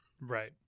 Right